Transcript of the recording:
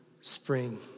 spring